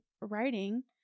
writing